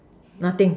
nothing